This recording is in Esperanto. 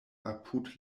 apud